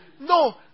no